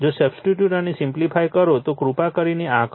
જો સબસ્ટિટ્યૂટ અને સિમ્પ્લિફાઇ કરો તો કૃપા કરીને આ કરો